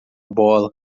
bola